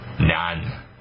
None